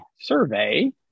survey